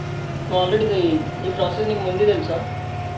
నువ్వు already the ఈ process నీకు ముందే తెలుసా